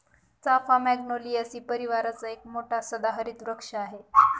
चाफा मॅग्नोलियासी परिवाराचा एक मोठा सदाहरित वृक्ष आहे